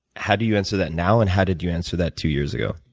how do you answer that now and how did you answer that two years ago?